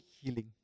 healing